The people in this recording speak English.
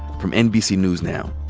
from nbc news now.